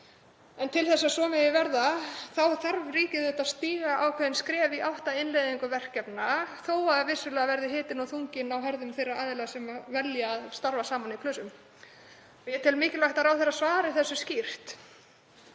uppi? Til að svo megi verða þarf ríkið auðvitað að stíga ákveðin skref í átt að innleiðingu verkefna þótt vissulega verði hitinn og þunginn á herðum þeirra aðila sem velja að starfa saman í klösum. Ég tel mikilvægt að ráðherra svari þessu skýrt.